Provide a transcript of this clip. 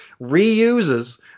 reuses